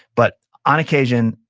but on occasion,